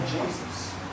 Jesus